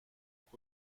خاک